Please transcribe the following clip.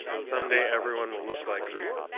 someday everyone will look like you